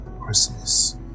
christmas